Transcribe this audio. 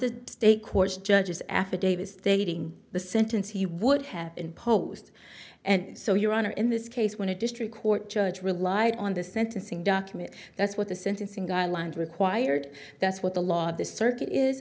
the state court judges affidavit stating the sentence he would have imposed and so your honor in this case when a district court judge relied on the sentencing document that's what the sentencing guidelines required that's what the law of this circuit is